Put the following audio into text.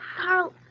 Carl